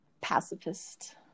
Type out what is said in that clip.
pacifist